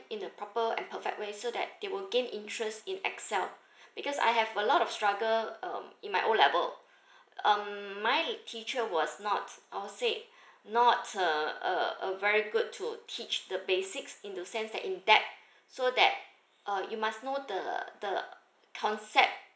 in a proper and perfect way so that they will gain interest in excel because I have a lot of struggle um in my O level um my teacher was not I will say not uh a a very good to teach the basics in the sense in debt so that uh you must know the the concept